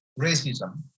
racism